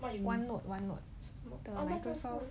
one note one note on microsoft